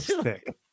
thick